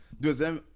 Deuxième